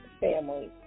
family